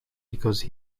because